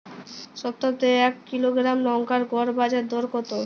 সপ্তাহে এক কিলোগ্রাম লঙ্কার গড় বাজার দর কতো?